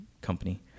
company